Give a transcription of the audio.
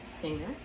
singer